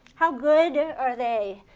how good are they?